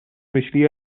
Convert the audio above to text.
myśli